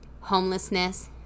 homelessness